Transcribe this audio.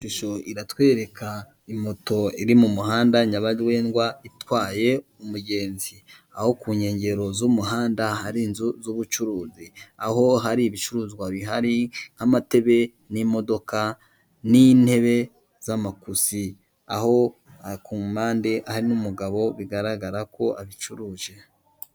Ishusho iratwereka imoto iri mu muhanda nyabagendwa itwaye umugenzi, aho ku nkengero z'umuhanda hari inzu z'ubucuruzi aho hari ibicuruzwa bihari nk'amatebe n'imodoka n'intebe z'amakusi, aho ku mpande hari n'umugabo bigaragara ko abicuruje.